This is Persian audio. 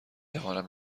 توانم